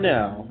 now